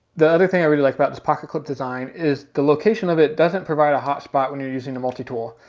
the other thing i really like about this pocket clip design is the location of it doesn't provide a hotspot when you're using the multi tool.